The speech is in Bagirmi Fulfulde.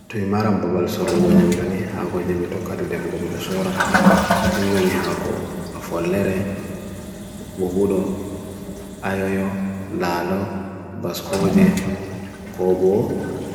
T'u imaram babal sorro ganyam duni hagwaj jemi tokka t'u defugogdo sorra, kenjwani hagwaj fawalere, gobulo, ayoyo, lalo, bas kogye, gobo.